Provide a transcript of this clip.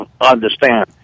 understand